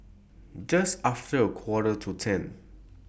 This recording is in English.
Just after A Quarter to ten